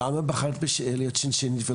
למה בחרת להיות שינשינית?